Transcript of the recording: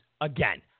again